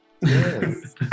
yes